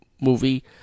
movie